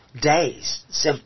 days